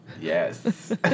Yes